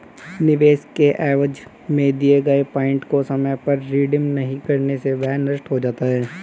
निवेश के एवज में दिए गए पॉइंट को समय पर रिडीम नहीं करने से वह नष्ट हो जाता है